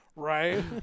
Right